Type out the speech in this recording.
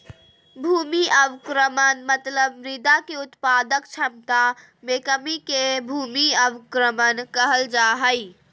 भूमि अवक्रमण मतलब मृदा के उत्पादक क्षमता मे कमी के भूमि अवक्रमण कहल जा हई